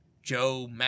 Joe